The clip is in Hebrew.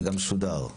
שגם שודר,